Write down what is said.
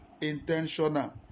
intentional